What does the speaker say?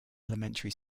elementary